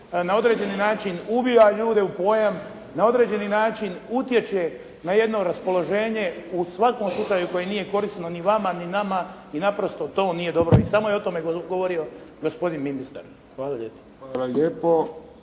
na određeni način ubija ljude u pojam, na određeni način utječe na jedno raspoloženje u svakom slučaju koje nije korisno ni vama, ni nama i naprosto to nije dobro i samo je o tome govorio gospodin ministar. Hvala lijepo.